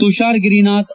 Tushar Girinath